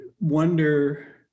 wonder